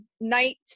Night